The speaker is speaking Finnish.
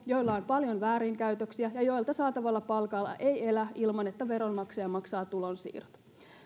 joilla on paljon väärinkäytöksiä ja joilta saatavalla palkalla ei elä ilman että veronmaksaja maksaa tulonsiirrot